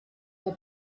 der